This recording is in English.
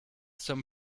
some